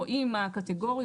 רואים מה הקטגוריות,